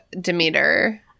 Demeter